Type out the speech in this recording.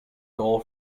goal